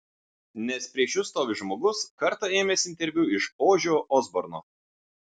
nes prieš jus stovi žmogus kartą ėmęs interviu iš ožio osborno